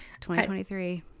2023